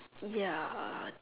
ya